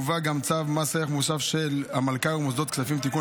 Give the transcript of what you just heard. מובא גם צו מס ערך מוסף של המלכ"רים ומוסדות כספיים (תיקון),